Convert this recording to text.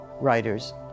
writers